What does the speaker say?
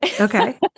Okay